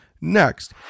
Next